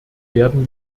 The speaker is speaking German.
werden